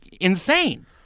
insane